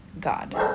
god